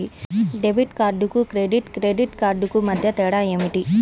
Debit కార్డుకు credit credit కార్డుకు మధ్య తేడా ఏమిటీ?